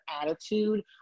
attitude